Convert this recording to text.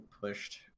pushed